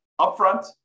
upfront